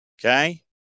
okay